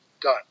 done